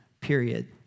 period